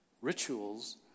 Rituals